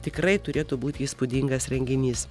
tikrai turėtų būti įspūdingas renginys